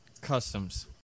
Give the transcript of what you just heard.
Customs